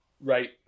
Right